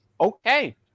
Okay